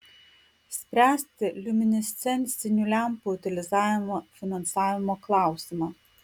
spręsti liuminescencinių lempų utilizavimo finansavimo klausimą